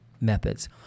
methods